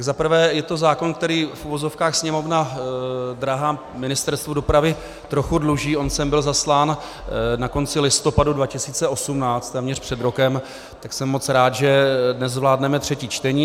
Za prvé, je to zákon, který v uvozovkách Sněmovna dráhám, Ministerstvu dopravy trochu dluží, on sem byl zaslán na konci listopadu 2018, téměř před rokem, tak jsem moc rád, že dnes zvládneme třetí čtení.